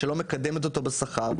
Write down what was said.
שלא מקדמת אותו בשכר,